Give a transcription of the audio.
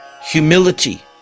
humility